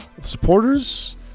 supporters